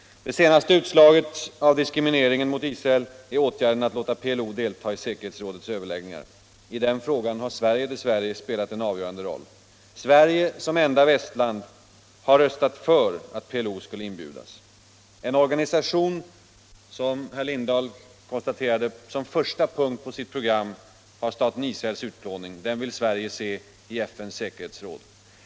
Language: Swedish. Det senaste utslaget av diskrimineringen mot Israel är åtgärden att låta PLO delta i säkerhetsrådets överläggningar. I den frågan har Sverige dess värre spelat en avgörande roll. Sverige har som enda västland röstat för att PLO skulle inbjudas. En organisation som — det har herr Lindahl i Hamburgsund nyss konstaterat — som första punkt på sitt program "har staten Israels utplåning vill Sverige se i FN:s säkerhetsråd.